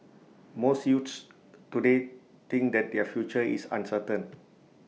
most youths today think that their future is uncertain